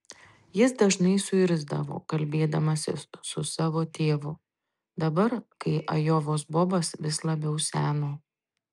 jis dažnai suirzdavo kalbėdamasis su savo tėvu dabar kai ajovos bobas vis labiau seno